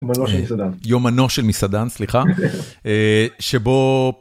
יומנו של מסעדן, סליחה, שבו...